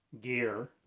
gear